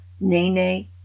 Nene